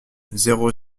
zéro